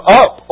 up